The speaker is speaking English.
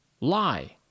Lie